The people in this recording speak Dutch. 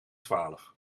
twaalf